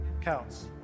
counts